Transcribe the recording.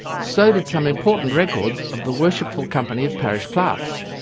so did some important records of the worshipful company of parish clerks.